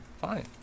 Fine